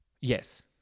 Yes